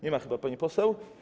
Nie ma chyba pani poseł.